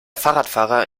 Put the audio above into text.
fahrradfahrer